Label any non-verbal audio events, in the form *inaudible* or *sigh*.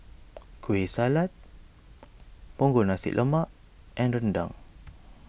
Kueh Salat Punggol Nasi Lemak and Rendang *noise*